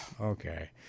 Okay